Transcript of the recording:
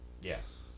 Yes